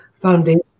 foundation